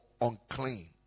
unclean